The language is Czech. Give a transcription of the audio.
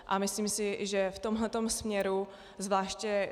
A myslím si, že v tomhletom směru zvláště.